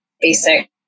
basic